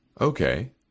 Okay